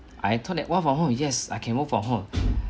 I thought that work fro home yes yes I can work from home